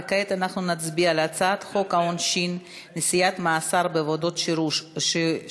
כעת נצביע על הצעת חוק העונשין (נשיאת מאסר בעבודות שירות,